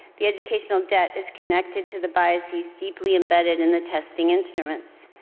the educational debt is connected to the biases deeply embedded in the testing instruments.